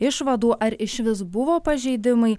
išvadų ar išvis buvo pažeidimai